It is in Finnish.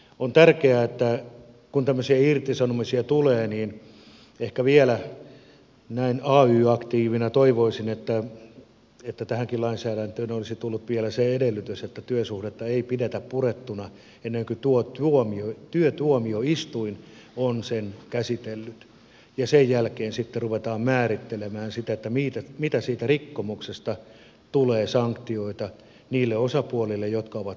on tärkeää kun tämmöisiä irtisanomisia tulee ehkä vielä näin ay aktiivina toivoisin että tähänkin lainsäädäntöön olisi tullut vielä se edellytys että työsuhdetta ei pidetä purettuna ennen kuin työtuomioistuin on sen käsitellyt ja sen jälkeen ruvetaan määrittelemään sitä mitä sanktioita siitä rikkomuksesta tulee niille osapuolille jotka ovat syyllisiä